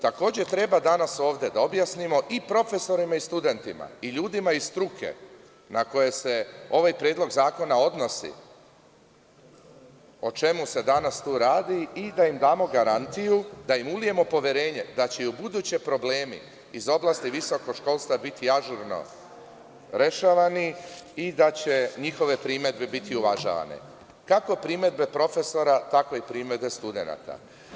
Takođe treba danas ovde da objasnimo i profesorima i studentima i ljudima iz struke na koje se ovaj predlog zakona odnosi, o čemu se danas tu radi i da im damo garanciju, da im ulijemo poverenje da će i ubuduće problemi iz oblasti visokog školstva biti ažurno rešavani i da će njihove primedbe biti uvažavane, kako primedbe profesora tako i primedbe studenata.